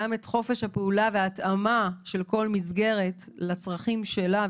גם את חופש הפעולה וההתאמה של כל מסגרת לצרכים שלה,